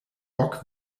bock